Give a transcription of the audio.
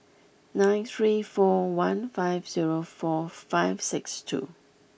nine three four one five zero four five six two